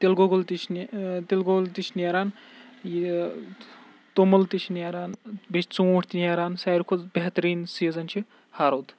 تِلہِ گۄگُل تہِ چھِنہٕ تِلہِ گۅگُل تہِ چھِ نیران یہِ توٚمُل تہِ چھِ نیران بیٚیہِ چھِ ژوٗنٛٹھۍ تہِ نیران ساروٕے کھۄتہٕ بہترین سیٖزَن چھُ ہَرُد